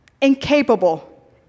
Incapable